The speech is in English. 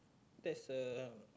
that's a